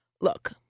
look